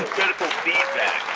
critical feedback.